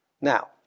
Now